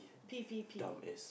pee pee pee